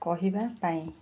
କହିବା ପାଇଁ